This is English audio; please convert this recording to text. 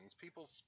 people